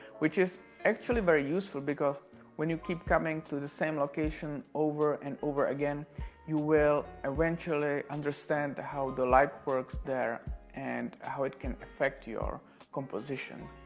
which is actually very useful because when you keep coming to the same location over and over again you will eventually understand how the light works there and how it can affect your composition.